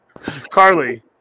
Carly